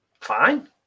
Fine